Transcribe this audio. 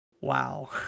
wow